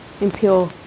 impure